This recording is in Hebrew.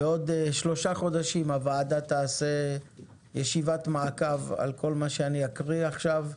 בעוד שלושה חודשים הוועדה תעשה ישיבת מעקב על כל מה שאני אקריא עכשיו,